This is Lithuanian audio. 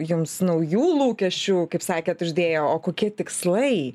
jums naujų lūkesčių kaip sakėt uždėjo o kokie tikslai